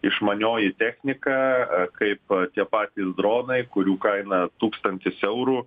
išmanioji technika kaip tie patys dronai kurių kaina tūkstantis eurų